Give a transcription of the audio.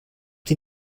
die